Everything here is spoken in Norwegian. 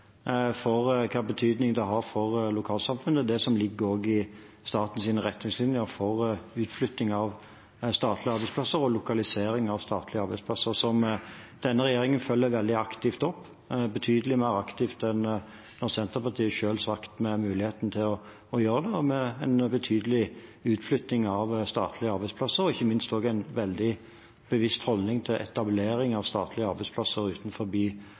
for hvilken betydning det har for lokalsamfunnet – det ligger også i statens retningslinjer for lokalisering av statlige arbeidsplasser, som denne regjeringen følger veldig aktivt opp, betydelig mer aktivt enn da Senterpartiet selv satt med muligheten til å gjøre det – med en betydelig utflytting av statlige arbeidsplasser, og ikke minst også en veldig bevisst holdning til etablering av statlige arbeidsplasser